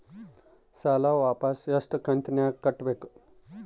ಸಾಲ ವಾಪಸ್ ಎಷ್ಟು ಕಂತಿನ್ಯಾಗ ಕಟ್ಟಬೇಕು?